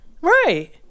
Right